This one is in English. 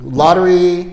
lottery